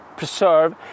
preserve